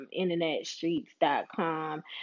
internetstreets.com